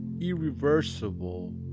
irreversible